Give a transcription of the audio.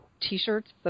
t-shirts